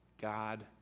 God